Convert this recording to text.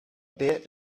bit